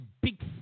big